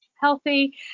healthy